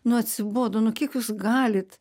nu atsibodo nu kiek jūs galit